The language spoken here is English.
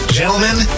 gentlemen